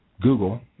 Google